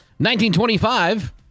1925